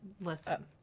Listen